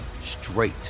straight